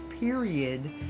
period